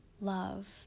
love